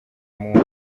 muntu